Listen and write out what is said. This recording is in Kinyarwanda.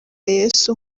yesu